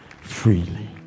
freely